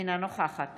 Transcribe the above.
אינה נוכחת